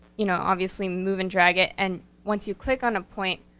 you know, obviously move and drag it, and once you click on a point,